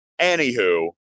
anywho